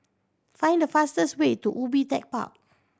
find the fastest way to Ubi Tech Park